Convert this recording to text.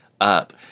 up